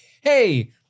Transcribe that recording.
hey